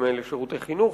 אם אלה שירותי חינוך,